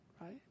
right